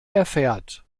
erfährt